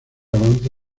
avanza